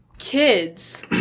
kids